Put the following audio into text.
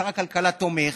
שר הכלכלה תומך,